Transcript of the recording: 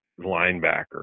linebacker